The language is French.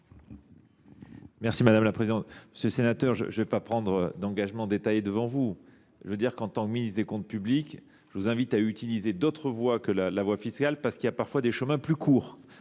l’avis du Gouvernement ? Monsieur le sénateur, je ne vais pas prendre d’engagement détaillé devant vous. En tant que ministre des comptes publics, je vous invite à utiliser d’autres voies que la voie fiscale, car il y a parfois des chemins plus courts.